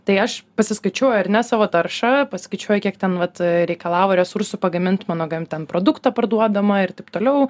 tai aš pasiskaičiuoju ar ne savo taršą pasiskaičiuoju kiek ten vat reikalavo resursų pagamint mano ten produktą parduodamą ir taip toliau